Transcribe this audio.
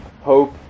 Hope